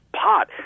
pot